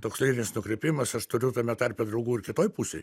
toks lyrinis nukrypimas aš turiu tame tarpe draugų ir kitoj pusėj